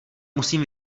musím